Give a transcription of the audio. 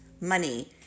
money